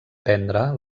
prendre